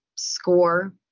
score